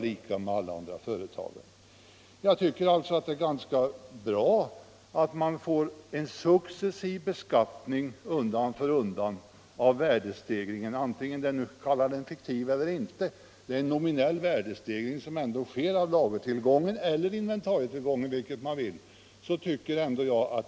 Jag tycker alltså att det är ganska bra att man får en successiv beskattning av värdestegringen, kalla den fiktiv eller inte. Det är en nominell värdestegring som sker av lager eller inventarietillgången.